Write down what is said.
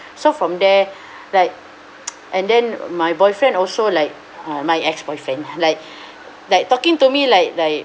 so from there like and then my boyfriend also like uh my ex boyfriend like like talking to me like like